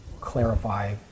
clarify